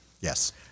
Yes